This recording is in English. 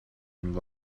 and